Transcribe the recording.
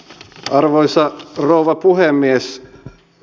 arvoisa rouva puhemies